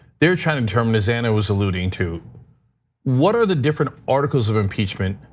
they're trying to determine, as anna was alluding to what are the different articles of impeachment?